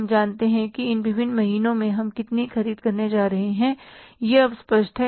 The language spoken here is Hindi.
हम जानते हैं कि इन विभिन्न महीनों में हम कितनी ख़रीद करने जा रहे हैं यह अब स्पष्ट है